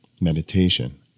meditation